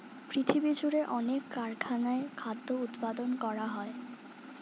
পৃথিবীজুড়ে অনেক কারখানায় খাদ্য উৎপাদন করা হয়